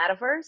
metaverse